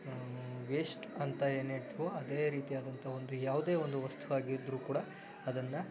waste ಅಂತ ಏನು ಹೇಳ್ತಿವೋ ಅದೇ ರೀತಿಯಾದಂಥ ಒಂದು ಯಾವುದೇ ಒಂದು ವಸ್ತು ಆಗಿದ್ದರೂ ಕೂಡ ಅದನ್ನು